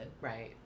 Right